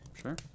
sure